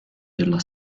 della